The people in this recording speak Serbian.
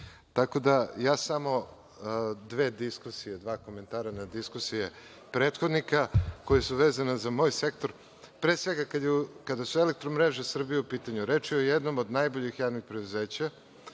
tako da ću dati samo dva komentara na diskusije prethodnika, koje su vezane za moj sektor. Pre svega kada su „Elektromreže Srbije“ u pitanju, reč je o jednom od najboljih preduzeća